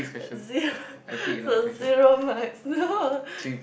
zero so zero marks no